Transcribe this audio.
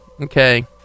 okay